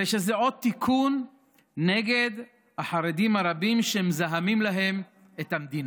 הרי שזה עוד תיקון נגד החרדים הרבים שמזהמים להם את המדינה.